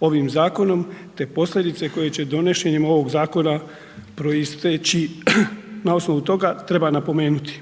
ovim zakonom te posljedice koje će donošenjem ovog zakona proisteći na osnovu toga, treba na napomenuti.